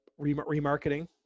remarketing